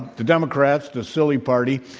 the democrats, the silly party,